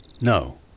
No